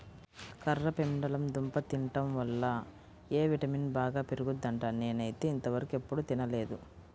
కర్రపెండలం దుంప తింటం వల్ల ఎ విటమిన్ బాగా పెరుగుద్దంట, నేనైతే ఇంతవరకెప్పుడు తినలేదు